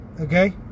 Okay